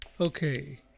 Okay